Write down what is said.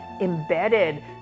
embedded